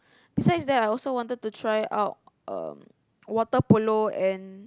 besides that I also wanted to try out waterpolo and